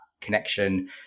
connection